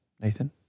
Nathan